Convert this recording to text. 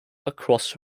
across